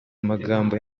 magambo